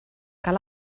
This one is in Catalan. cal